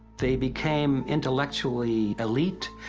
they became intellectually elite,